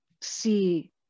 see